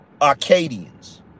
Arcadians